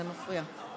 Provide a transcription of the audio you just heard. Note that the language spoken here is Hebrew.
זה מפריע.